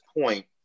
point